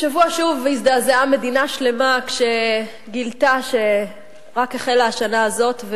השבוע שוב הזדעזעה מדינה שלמה כשגילתה שרק החלה השנה הזאת,